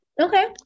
Okay